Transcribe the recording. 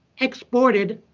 exported,